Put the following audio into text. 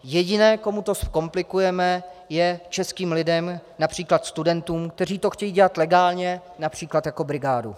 Jediné, komu to zkomplikujeme, je českým lidem, například studentům, kteří to chtějí dělat legálně, například jako brigádu.